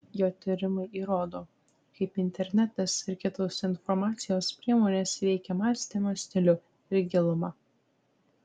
jo tyrimai įrodo kaip internetas ir kitos informacijos priemonės veikią mąstymo stilių ir gilumą